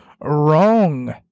wrong